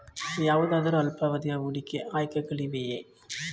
ಯಾವುದಾದರು ಅಲ್ಪಾವಧಿಯ ಹೂಡಿಕೆ ಆಯ್ಕೆಗಳಿವೆಯೇ?